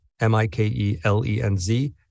M-I-K-E-L-E-N-Z